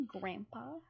Grandpa